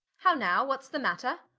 how now, what's the matter?